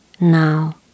now